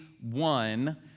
one